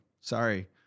sorry